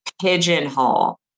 pigeonhole